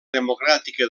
democràtica